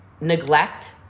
neglect